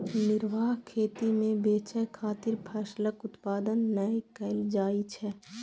निर्वाह खेती मे बेचय खातिर फसलक उत्पादन नै कैल जाइ छै